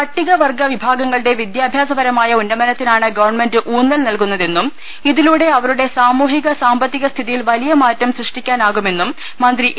പട്ടികവർഗ്ഗ വിഭാഗങ്ങളുടെ വിദ്യാഭ്യാസപരമായ ഉന്നമനത്തിനാണ് ഗവൺമെന്റ് ഊന്നൽ നൽകുന്നതെന്നും ഇതിലൂടെ അവരുടെ സാമൂഹിക സാമ്പത്തിക സ്ഥിതിയിൽ വലിയ മാറ്റം സൃഷ്ടിക്കാനാകുമെന്നും മന്ത്രി എ